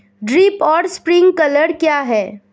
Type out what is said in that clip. Drip और sprinkler क्या हैं?